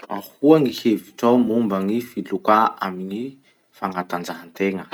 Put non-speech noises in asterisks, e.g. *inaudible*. Ahoa gny hevitrao momba gny filokà amin'ny fagnatanjahategna? *noise*